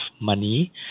money